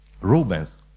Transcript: Rubens